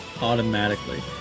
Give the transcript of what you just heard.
automatically